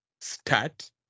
start